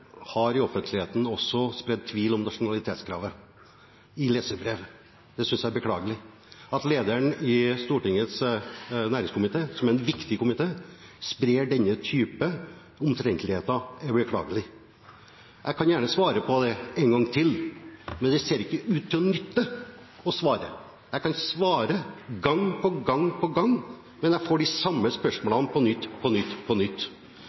i leserbrev, også sådd tvil om nasjonalitetskravet. Det synes jeg er beklagelig. At lederen i Stortingets næringskomité, som er en viktig komité, sprer denne type omtrentligheter, er beklagelig. Jeg kan gjerne svare på det en gang til, men det ser ikke ut til at det nytter å svare. Jeg kan svare gang på gang på gang, men jeg får de samme spørsmålene på nytt og på nytt